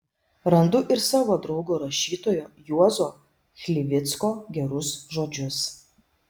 randu ir savo draugo rašytojo juozo chlivicko gerus žodžius